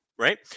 right